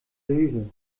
löwe